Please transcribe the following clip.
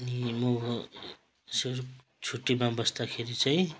अनि म छुरुप छुट्टीमा बस्दाखेरि चाहिँ